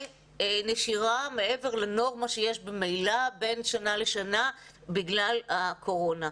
נשירה מעבר לנורמה שיש ממילא בין שנה לשנה בגלל הקורונה.